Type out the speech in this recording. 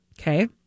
Okay